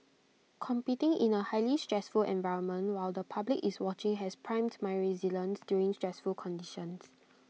competing in A highly stressful environment while the public is watching has primed my resilience during stressful conditions